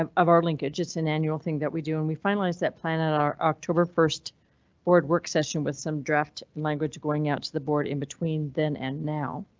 um of our linkages in annual thing that we do when we finalize that plan at our october first board work session with some draft language going out to the board in between then and now.